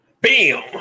bam